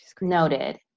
Noted